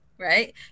right